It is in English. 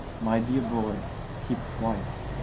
my dear boy, keep quiet.